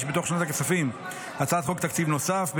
בתוך שנת הכספים הצעת חוק תקציב נוסף.